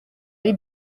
ari